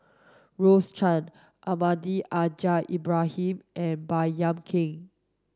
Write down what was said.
Rose Chan Almahdi Al Haj Ibrahim and Baey Yam Keng